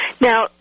Now